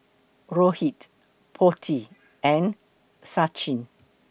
Rohit Potti and Sachin